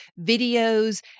videos